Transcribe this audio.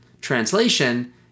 translation